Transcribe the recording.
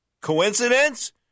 Coincidence